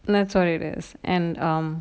I'm sorry and um